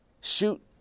shoot